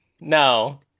No